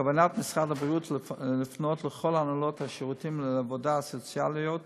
בכוונת משרד הבריאות לפנות לכל הנהלות השירותים לעבודה סוציאלית